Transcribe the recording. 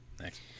Thanks